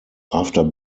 after